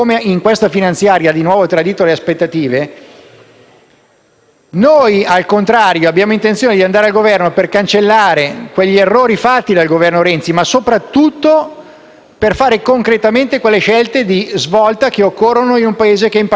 Noi, al contrario, abbiamo intenzione di andare al Governo per cancellare gli errori fatti dal Governo Renzi, ma, soprattutto, per fare concretamente quelle scelte di svolta che occorrono in un Paese impantanato. Dov'è finita la riforma del sistema giudiziario,